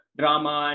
drama